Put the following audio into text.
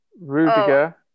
Rudiger